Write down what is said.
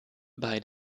bei